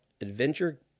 Adventure